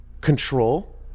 control